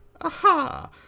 Aha